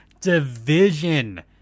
division